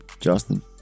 Justin